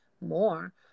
more